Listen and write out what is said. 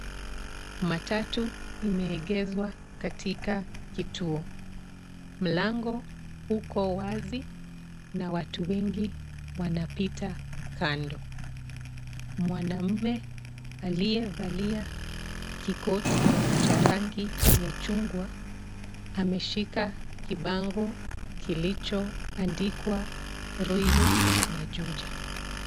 Matatu imeegezwa katika kituo. Mlango uko wazi na watu wengi wanapita kando. Mwanaume aliyevalia kikoti cha rangi ya chungwa ameshika kibango kilichoandikwa Ruiru na Juja.